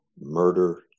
murder